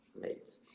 mate